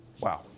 Wow